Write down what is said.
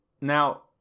now